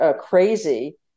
crazy